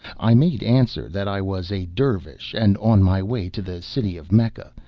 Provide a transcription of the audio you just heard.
i made answer that i was a dervish and on my way to the city of mecca,